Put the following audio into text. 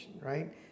right